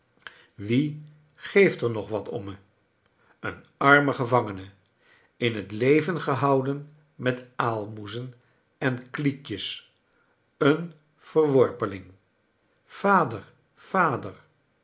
wie geeft er nog wat om me een arme gevangene in het leven gehouden met aalmoezen en kliekjes een verworpeling vader vader